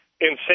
insane